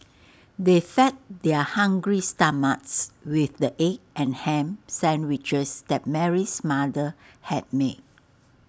they fed their hungry stomachs with the egg and Ham Sandwiches that Mary's mother had made